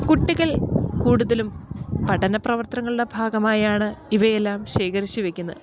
കുട്ടികൾ കൂടുതലും പഠനപ്രവർത്തനങ്ങളുടെ ഭാഗമായാണ് ഇവയെല്ലാം ശേഖരിച്ച് വെക്കുന്നത്